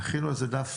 תכינו איזה דף